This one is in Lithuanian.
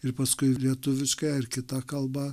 ir paskui lietuviškai ar kita kalba